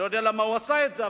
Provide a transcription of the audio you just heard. אני לא יודע למה הוא עשה את זה,